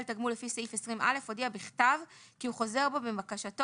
תגמול לפי סעיף 20א הודיע בכתב כי הוא חוזר בו מבקשתו,